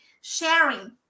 sharing